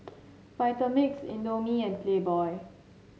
Vitamix Indomie and Playboy